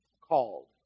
called